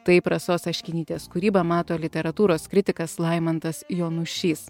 taip rasos aškinytės kūrybą mato literatūros kritikas laimantas jonušys